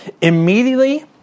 Immediately